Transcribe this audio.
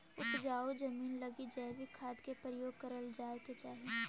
उपजाऊ जमींन लगी जैविक खाद के प्रयोग करल जाए के चाही